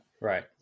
Right